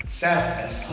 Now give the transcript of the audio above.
sadness